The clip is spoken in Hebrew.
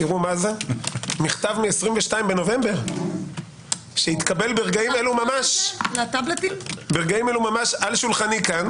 תראו מה זה - מכתב מ-22.11 שהתקבל ברגעים אלו ממש על שולחני כאן,